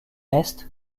est